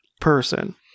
person